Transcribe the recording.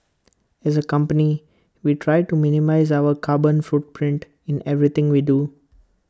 as A company we try to minimise our carbon footprint in everything we do